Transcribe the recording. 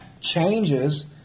changes